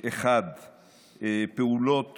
1. פעולות